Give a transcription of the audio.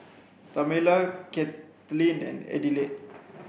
Tamela Katlin and Adelaide